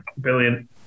billion